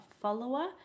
follower